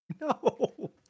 No